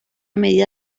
medida